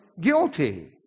guilty